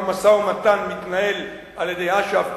גם משא-ומתן מתנהל על-ידי אש"ף,